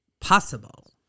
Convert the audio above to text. possible